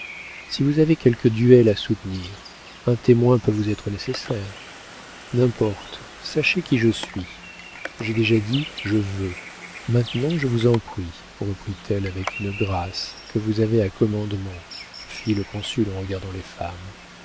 si vous avez quelque duel à soutenir un témoin peut vous être nécessaire n'importe sachez qui je suis j'ai déjà dit je veux maintenant je vous en prie reprit-elle avec une grâce que vous avez à commandement fit le consul en regardant les femmes